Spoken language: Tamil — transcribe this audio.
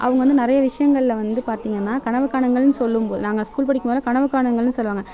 அவங்க வந்து நிறைய விஷயங்களில் வந்து பார்த்திங்கனா கனவுகாணுங்கள்னு சொல்லும் நாங்கள் ஸ்கூல் படிக்கும்போது கனவு காணுங்கள்னு சொல்லுவாங்க